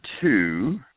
two